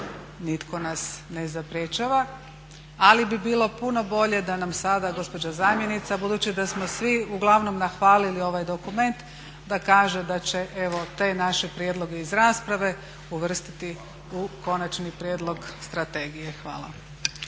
nitko nas ne zaprječava ali bi bilo puno bolje da nam sada gospođa zamjenica, budući da smo svi uglavnom nahvalili ovaj dokument, da kaže da će evo te naše prijedloge iz rasprave uvrstiti u konačni prijedlog strategije. Hvala.